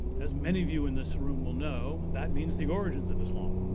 as many of you in this room will know, that means the origins of islam.